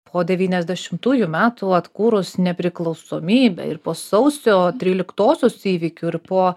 po devyniasdešimtųjų metų atkūrus nepriklausomybę ir po sausio tryliktosios įvykių ir po